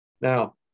Now